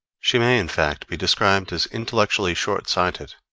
she may, in fact, be described as intellectually short-sighted,